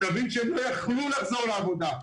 תבין שהם לא יכלו לחזור לעבודה.